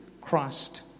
Christ